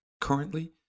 currently